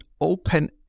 open